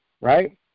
right